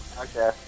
Okay